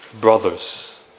brothers